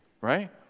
right